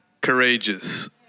courageous